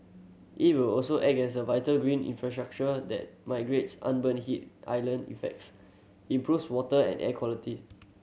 it will also act as a vital green infrastructure that mitigates urban heat island effects improves water and air quality